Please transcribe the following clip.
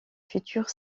futures